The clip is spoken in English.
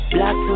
Black